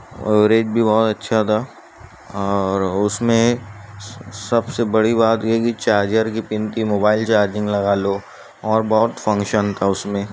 average بھی بہت اچھا تھا اور اس میں سب سے بڑی بات یہ کہ چارجر کی پن کی موبائل چارجنگ لگا لو اور بہت فنگشن تھا اس میں